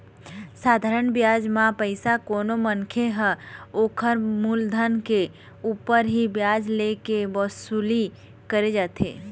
साधारन बियाज म पइसा कोनो मनखे ह ओखर मुलधन के ऊपर ही बियाज ले के वसूली करे जाथे